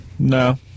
No